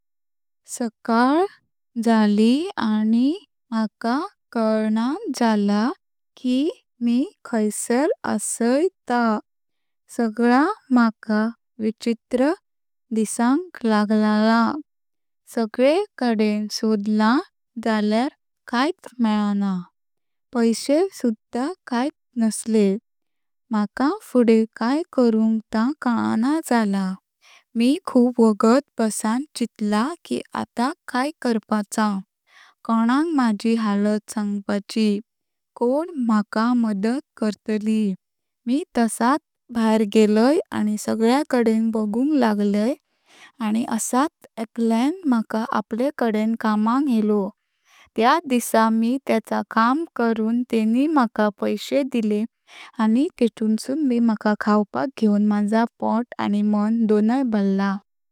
सकाल जाली आनि मका कळना जाळा की मी खाइसार असय ता। सगळ मका विचित्र दिसांक लागलां। सगळे कडेण सोडला जाल्यार कायत मेलना। पैशे सुध्दा कायत नसले। मका फुडें काय करुंक ता कळना जाळा। मी खूप वोगोत बसंन चितला की आता काय करपाच, कोणाक मांजी हालत सांगपाची, कोण मका मदद करता। मी तसात भायर गेलय आनि सगळ्या कडेण बगुंक लागलय आनि असात एकल्यान मका आपले कडेण कामक हेंलो। त्या दिसा मी तेच काम करुंन तेन मका पैशे दिले आनि तेटुनसूं मी मका खावपाक घेवून माज पोट आनि मणं दोनय भरला।